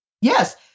Yes